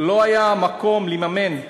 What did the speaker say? לא היה מקום לממן תב"ע,